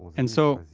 and so.